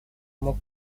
мог